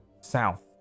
south